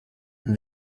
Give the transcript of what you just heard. and